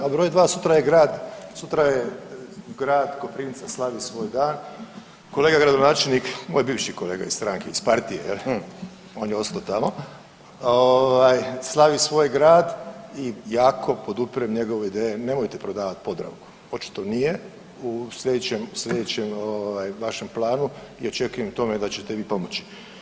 A broj dva, sutra je grad Koprivnica slavi svoj dan, kolega gradonačelnik, moj bivši kolega iz stranke iz partije, on je ostao tamo, slavi svoj grad i jako podupirem njegove ideje, nemojte prodavati Podravku, očito nije u sljedećem vašem planu i očekujem u tome da ćete mi pomoći.